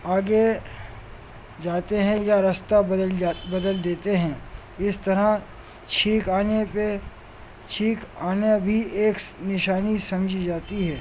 آگے جاتے ہیں یا رستہ بدل بدل دیتے ہیں اس طرح چھینک آنے پہ چھینک آنا بھی ایک نشانی سمجھی جاتی ہے